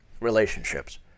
relationships